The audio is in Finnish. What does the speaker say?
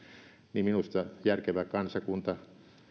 niin minusta järkevä kansakunta